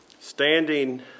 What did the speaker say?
Standing